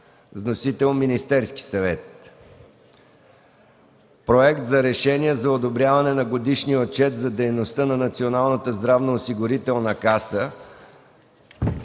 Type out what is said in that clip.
Вносител е Министерският съвет. 6. Проект за решение за одобряване на Годишния отчет за дейността на Националната здравноосигурителна каса